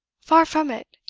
far from it!